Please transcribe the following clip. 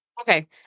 Okay